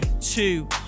two